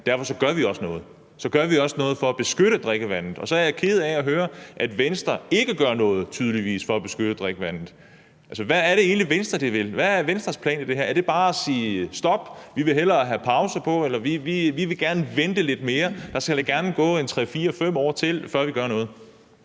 derfor gør vi også noget – så gør vi også noget for at beskytte drikkevandet – og så er jeg da ked af at høre, at Venstre tydeligvis ikke gør noget for at beskytte drikkevandet. Altså, hvad er det egentlig, Venstre vil? Hvad er Venstres plan i det her? Er det bare at sige: Stop, vi vil hellere sætte det på pause? Eller er det: Vi vil gerne vente lidt mere; der må gerne gå 3, 4, 5 år, før vi gør noget?